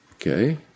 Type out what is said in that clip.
Okay